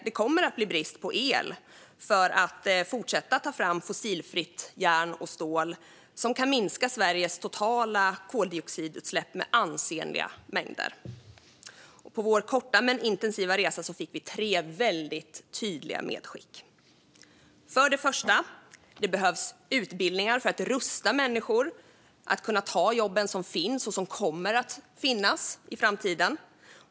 Det kommer också att bli brist på el för att fortsätta att ta fram fossilfritt järn och stål, som kan minska Sveriges totala koldioxidutsläpp med ansenliga mängder. På vår korta men intensiva resa fick vi tre väldigt tydliga medskick. För det första: Det behövs utbildningar för att rusta människor så att de kan ta de jobb som finns och de som kommer att finnas i framtiden.